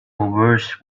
worse